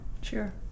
Sure